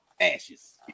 ashes